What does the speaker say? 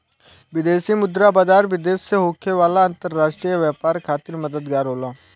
विदेशी मुद्रा बाजार, विदेश से होखे वाला अंतरराष्ट्रीय व्यापार खातिर मददगार होला